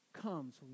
comes